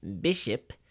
Bishop